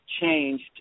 changed